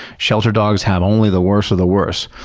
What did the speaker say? shelter dogs have only the worst of the worst.